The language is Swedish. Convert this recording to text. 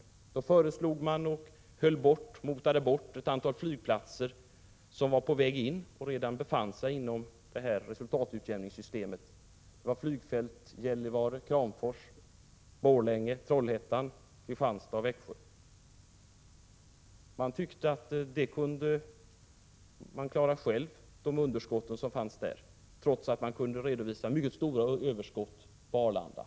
Regeringen föreslog att man skulle ta bort ett antal flygplatser som var på väg in i eller som redan befann sig inom detta resultatutjämningssystem. Det var flygfälten i Gällivare, Kramfors, Borlänge, Trollhättan, Kristianstad och Växjö. Regeringen tyckte att man på flygplatserna själv kunde klara av de underskott som fanns, trots att man kunde redovisa mycket stora överskott på Arlanda.